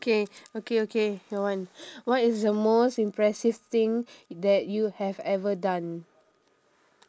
okay okay okay your one what is the most impressive thing that you have ever done